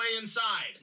inside